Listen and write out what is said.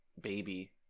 Baby